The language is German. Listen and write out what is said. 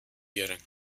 ihren